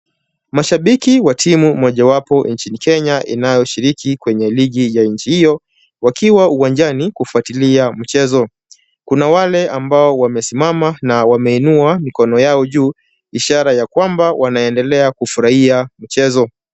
Mashabiki wa timu mojawapo nchini Kenya inayoshiriki kwenye ligi ya nchi hiyo, waakiwa uwanjani kufuatilia mchezo. Kuna wale ambao wamesimama na wameinua mikono yao juu, ishara ya kwamba wanaendelea kufurahia mchezo.